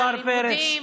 לימודים,